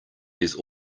these